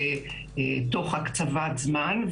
תוך הקצבת זמן,